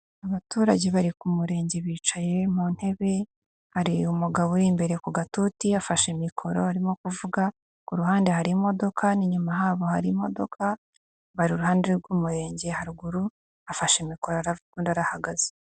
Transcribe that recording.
Abaturage bari ku murenge bicaye mu ntebe, hari umugabo uri imbere ku gatuti afashe mikoro arimo kuvuga, ku ruhande hari imodoka n'inyuma habo hari imodoka, bari iruhande rw'umurenge haruguru, afashe mikororo aravuga undi arahagaze .